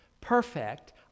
perfect